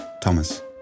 Thomas